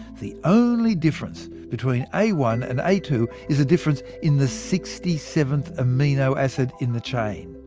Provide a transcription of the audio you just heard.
the only difference between a one and a two is a difference in the sixty seventh amino acid in the chain.